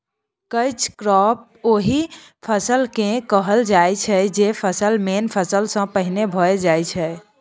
catch crop ओहि फसल केँ कहल जाइ छै जे फसल मेन फसल सँ पहिने भए जाइ छै